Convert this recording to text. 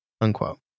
Unquote